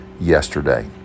yesterday